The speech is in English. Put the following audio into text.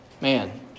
man